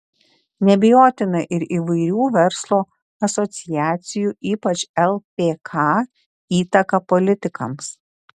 neabejotina ir įvairių verslo asociacijų ypač lpk įtaka politikams